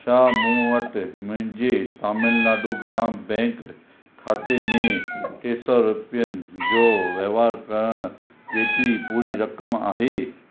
छा मूं वटि मुंहिंजे तमिलनाडु ग्राम बैंक खाते में टे सौ रुपियनि जो वहिंवार करण जेतिरी पूरी रक़म आहे